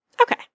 Okay